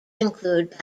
include